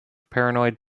paranoid